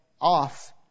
off